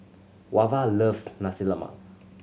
Wava loves Nasi Lemak